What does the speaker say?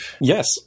Yes